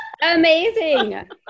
amazing